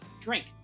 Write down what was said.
drink